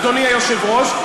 אדוני היושב-ראש,